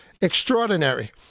Extraordinary